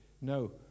no